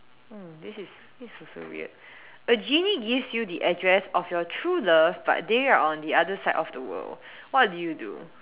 um this is this is also weird a genie gives you the address of your true love but they are on the other side of the world what do you do